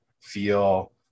feel